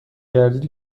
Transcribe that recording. گردید